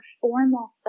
formal